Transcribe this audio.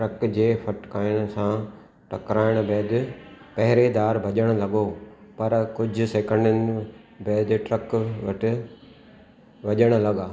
truck जे फटकायन सां टकराइणु बैदि पहरेदार भज॒णु लॻो पर कुझु सेकंडनि बैदि ट्रक वटि भज॒णु लॻा